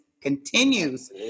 continues